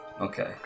Okay